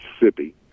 Mississippi